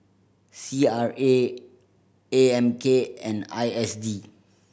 C R A A M K and I S D